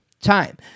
time